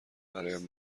برایم